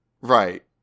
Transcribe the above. right